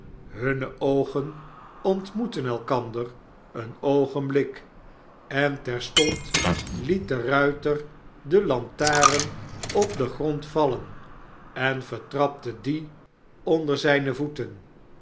hunne oogen ontmoetten elkander een oogenblik en terstond liet de ruiter de lantaren op den grond vallen en vertrapte die onder zijne voeten